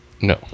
No